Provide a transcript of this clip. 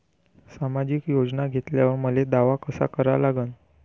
सामाजिक योजना घेतल्यावर मले दावा कसा करा लागन?